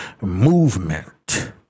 movement